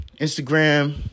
Instagram